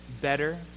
better